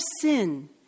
sin